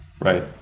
Right